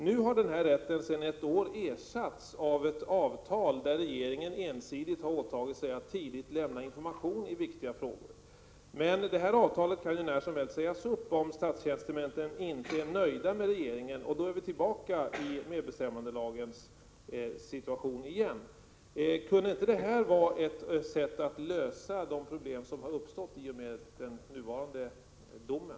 För ett år sedan ersattes denna rättighet av ett avtal där regeringen ensidigt har åtagit sig att tidigt lämna information i viktiga frågor. Men om statstjänstemännen inte är nöjda med regeringens agerande kan detta avtal sägas upp när som helst — och då är vi tillbaka i en situation med medbestämmandelagen igen. Kan inte det vara ett sätt att lösa de problem som har uppstått i samband med den nuvarande domen?